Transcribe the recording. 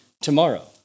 tomorrow